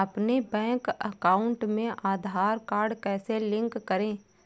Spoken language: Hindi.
अपने बैंक अकाउंट में आधार कार्ड कैसे लिंक करें?